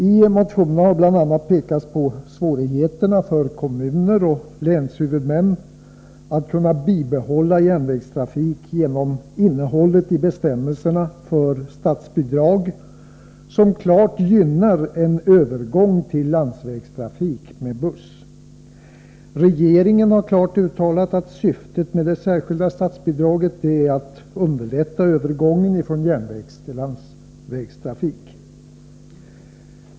I motionerna har bl.a. pekats på svårigheterna för kommuner och länshuvudmän att bibehålla järnvägstrafik till följd av innehållet i bestämmelserna för statsbidrag, som klart gynnar en övergång till landsvägstrafik med buss. Regeringen har klart uttalat att syftet med det särskilda statsbidraget är att underlätta övergången från järnvägstill landsvägstrafik.